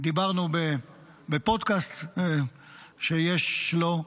דיברנו בפודקאסט שיש לו,